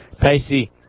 Pacey